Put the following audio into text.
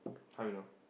how you know